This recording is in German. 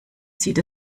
sieht